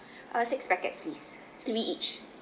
uh six packets please three each